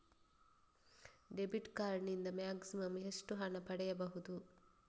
Debit card ನಿಂದ maximum ಎಷ್ಟು ಹಣ ಪಡೆಯಬಹುದು?